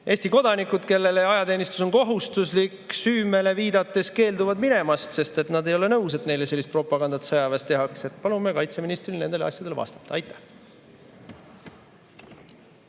Eesti kodanikud, kellele ajateenistus on kohustuslik, süümele viidates keelduvad sinna minemast, sest nad ei ole nõus, et sõjaväes sellist propagandat tehakse. Palume kaitseministril nendele asjadele vastata. Aitäh!